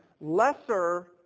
lesser